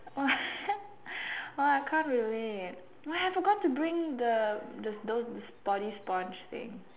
what oh I can't relate oh ya forgot to bring the the those body sponge thing